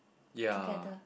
ya